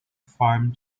farm